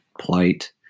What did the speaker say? plight